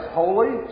holy